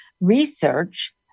research